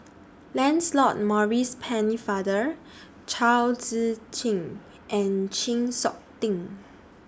Lancelot Maurice Pennefather Chao Tzee Cheng and Chng Seok Tin